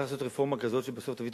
צריך לעשות רפורמה כזאת שבסוף תביא את